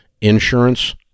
insurance